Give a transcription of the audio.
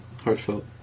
Heartfelt